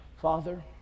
Father